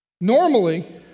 Normally